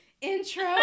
intro